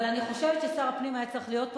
אבל אני חושבת ששר הפנים היה צריך להיות פה.